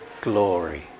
glory